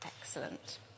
excellent